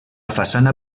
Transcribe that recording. façana